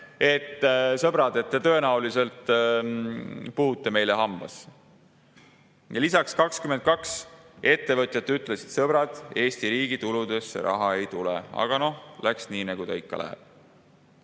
sõbrad, et te tõenäoliselt puhute meile hambasse. Ja lisaks, 22 ettevõtjat ütlesid: "Sõbrad, Eesti riigi tuludesse raha ei tule." Aga noh, läks nii, nagu ta ikka läheb.